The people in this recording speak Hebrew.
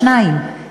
שניים,